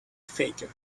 faker